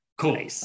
Cool